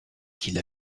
qu’il